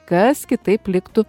kas kitaip liktų